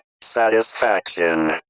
satisfaction